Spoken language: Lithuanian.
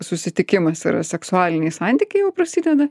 susitikimas yra seksualiniai santykiai jau prasideda